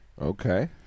okay